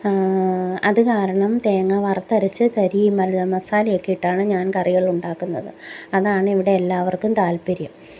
അത് കാരണം തേങ്ങ വറുത്തരച്ച് തരിയും മര മസാലയൊക്കെ ഇട്ടാണ് ഞാൻ കറികൾ ഉണ്ടാക്കുന്നത് അതാണ് ഇവിടെ എല്ലാവർക്കും താൽപര്യം